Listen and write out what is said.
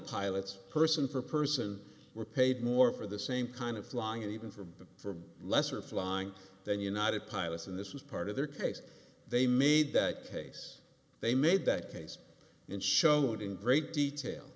pilots person for person were paid more for the same kind of flying and even from them for lesser flying than united pilots and this was part of their case they made that case they made that case and show it in great detail